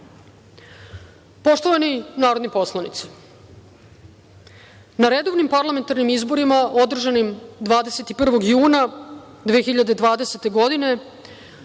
građane. Poštovani narodni poslanici, na redovnim parlamentarnim izborima, održanim 21. juna 2020. godine,